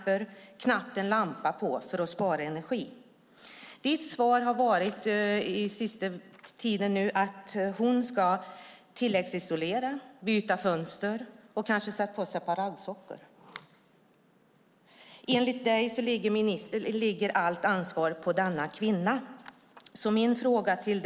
För att spara energi har hon knappt en lampa tänd. Maud Olofssons svar har på senare tid varit att hon ska tilläggsisolera, byta fönster och kanske sätta på sig ett par raggsockor. Enligt ministern ligger allt ansvar på denna 78-åriga kvinna.